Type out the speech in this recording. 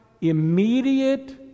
immediate